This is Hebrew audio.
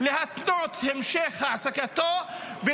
להתנות את המשך העסקתו של מי שסיים ברשות